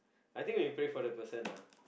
I think we pray for the person lah